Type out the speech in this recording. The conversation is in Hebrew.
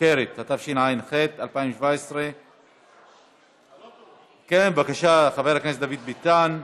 התשע"ח 2017. בבקשה, חבר הכנסת דוד ביטן,